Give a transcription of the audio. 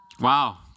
Wow